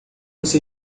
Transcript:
você